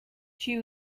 she